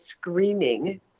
screaming